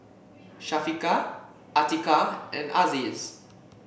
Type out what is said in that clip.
Syafiqah Atiqah and Aziz